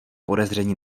podezření